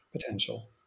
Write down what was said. potential